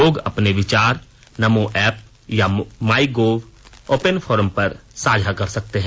लोग अपने विचार नमो एप या माईगोव ओपन फोरम पर साझा कर सकते हैं